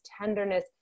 tenderness